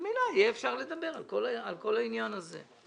ממילא יהיה אפשר לדבר על כל העניין הזה.